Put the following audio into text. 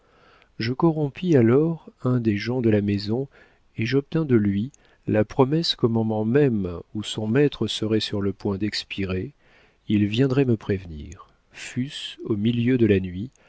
je corrompis alors un des gens de la maison et j'obtins de lui la promesse qu'au moment même où son maître serait sur le point d'expirer il viendrait me prévenir fût-ce au milieu de la nuit